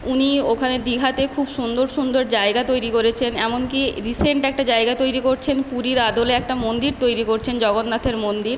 উনি ওখানে দিঘাতে খুব সুন্দর সুন্দর জায়গা তৈরি করেছেন এমনকি রিসেন্ট একটা জায়গা তৈরি করছেন পুরীর আদলে একটা মন্দির তৈরি করছেন জগন্নাথের মন্দির